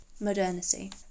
modernity